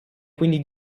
quindi